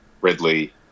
Ridley